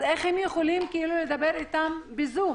איך אפשר לדבר איתם בזום?